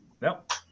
Nope